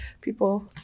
people